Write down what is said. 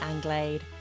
Anglade